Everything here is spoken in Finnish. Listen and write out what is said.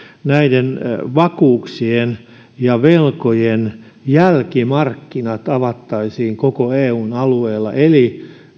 vakuuksien ja velkojen jälkimarkkinat avattaisiin koko eun alueella eli